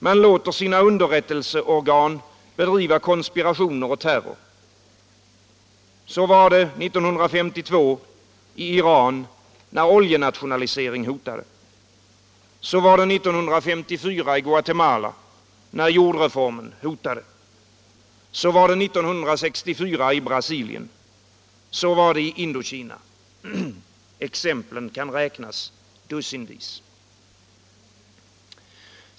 Man låter sina underrättelseorgan bedriva konspirationer och terror. Så var det 1952 i Iran när oljenationalisering hotade. Så var det 1954 i Guatemala när jordreformen hotade. Så var det 1964 i Brasilien. Så var det i Indokina. Exemplen kan räknas dussinvis.